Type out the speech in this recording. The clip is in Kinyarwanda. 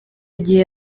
gihe